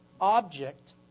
object